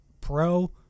pro